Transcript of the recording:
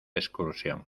excursión